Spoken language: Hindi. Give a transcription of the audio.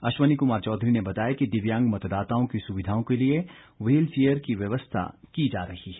अश्वनी कुमार चौधरी बताया कि दिव्यांग मतदाताओं की सुविधाओं के लिए व्हील चेयर की व्यवस्था की जा रही है